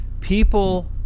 people